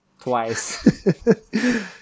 twice